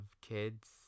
kids